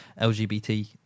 LGBT